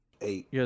Eight